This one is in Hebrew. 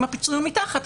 אם הפיצוי הוא מתחת,